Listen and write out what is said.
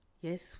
yes